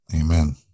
Amen